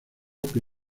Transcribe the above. que